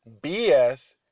BS